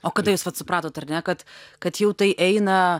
o kada jūs vat supratot ar ne kad kad jau tai eina